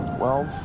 well,